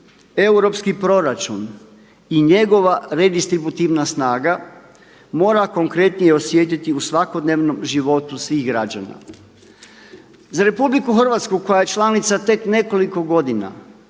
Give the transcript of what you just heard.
europski proračun i njegova redistributivna snaga mora konkretnije osjetiti u svakodnevnom životu svih građana. Za RH koja je članica tek nekoliko godina